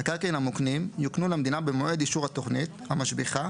המקרקעין המוקנים יוקנו למדינה במועד אישור התוכנית המשביחה